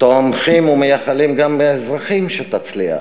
תומכים ומייחלים גם כאזרחים שתצליח.